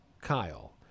Kyle